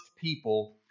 people